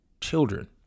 children